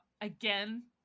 again